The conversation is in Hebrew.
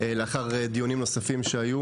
לאחר הדיונים הנוספים שהיו